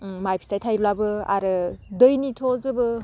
माइ फिथाइ थायब्लाबो आरो दैनिथ' जेबो